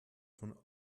von